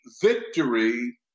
victory